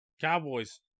Cowboys